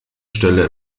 stelle